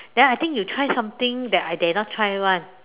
then I think you tried something that I dare not try [one]